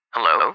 Hello